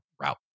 route